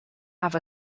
have